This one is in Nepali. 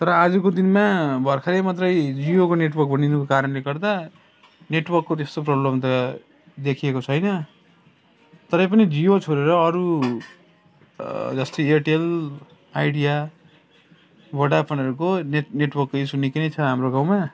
तर आजको दिनमा भर्खर मात्र जियोको नेटवर्क बनिनुको कारणले गर्दा नेटवर्कको त्यस्तो प्रब्लम त देखिएको छैन तर पनि जियो छोडेर अरू जस्तै एरटेल आइडिया भोडाफोनहरूको नेटवर्कको इस्यु निकै नै छ हाम्रो गाउँमा